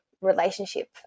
relationship